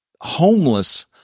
homeless